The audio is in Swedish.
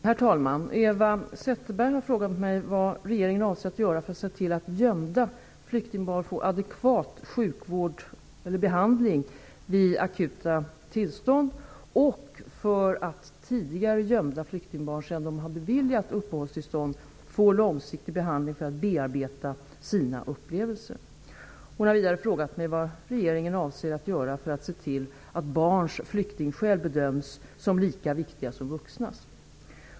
Herr talman! Eva Zetterberg har frågat mig vad regeringen avser att göra för att se till att gömda flyktingbarn får adekvat sjukvård eller behandling vid akuta tillstånd och för att tidigare gömda flyktingbarn, sedan de beviljats uppehållstillstånd, får långsiktig behandling för att bearbeta sina upplevelser. Hon har vidare frågat mig vad regeringen avser att göra för att se till att barns flyktingskäl bedöms som lika viktiga som vuxnas.